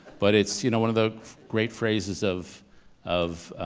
but it's, you know, one of the great phrases of of